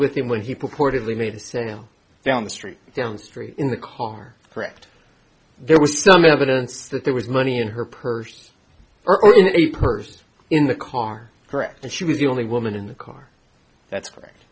with him when he proportionately made the sale down the street down the street in the car correct there was some evidence that there was money in her purse her only person in the car correct and she was the only woman in the car that's correct